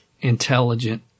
intelligent